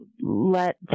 let